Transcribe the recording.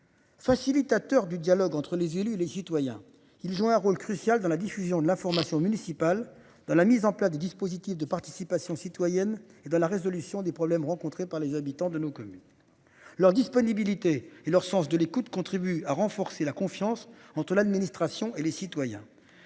Facilitateur du dialogue entre les élus, les citoyens qu'il joue un rôle crucial dans la diffusion de l'information municipale dans la mise en place des dispositifs de participation citoyenne et de la résolution des problèmes rencontrés par les habitants de nos communes. Leur disponibilité et leur sens de l'écoute, contribue à renforcer la confiance entre l'administration et les citoyens.